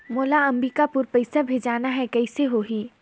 मोला अम्बिकापुर पइसा भेजना है, कइसे होही?